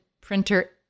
printer